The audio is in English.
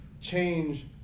change